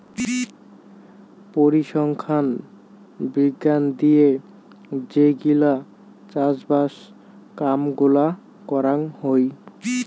পরিসংখ্যান বিজ্ঞান দিয়ে যে গিলা চাষবাস কাম গুলা করাং হই